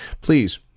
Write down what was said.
please